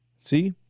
See